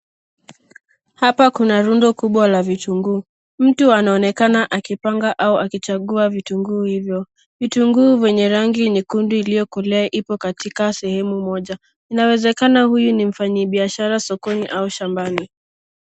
Hapa kuna rundo kubwa la vitunguu. Mtu anaonekana akipanga au akichagua vitunguu hivyo .Vitunguu vyenye rangi nyekundu iliyokolea iko katika sehemu moja. Inawezeka huyu ni mfanyibiashara sokoni au shambani.